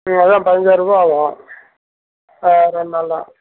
ம் அதான் பய்ஞ்சாயிரம் ரூபாய் ஆகும் ஆ ரெண்டுநாள்தான்